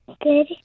Good